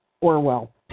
Orwell